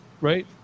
Right